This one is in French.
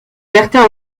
bertin